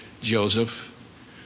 Joseph